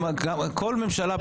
כל ממשלה,